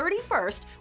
31st